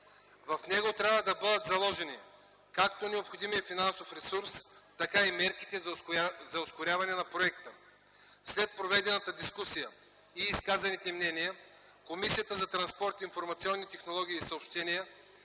В него трябва да бъдат заложени както необходимия финансов ресурс, така и мерките за ускоряване на проекта. След проведената дискусия и изказаните мнения, Комисията по транспорт, информационни технологии и съобщения